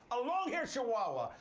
a long-hair chihuahua,